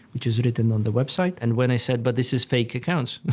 which is written on the website. and when i said, but this is fake accounts.